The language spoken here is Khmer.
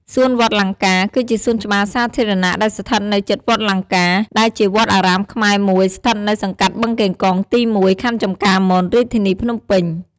សួនវត្តលង្កា គឺជាសួនច្បារសាធារណៈដែលស្ថិតនៅជិតវត្តលង្កា ដែលជាវត្តអារាមខ្មែរមួយស្ថិតនៅសង្កាត់បឹងកេងកងទី១ ខណ្ឌចំការមន រាជធានីភ្នំពេញ។